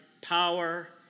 power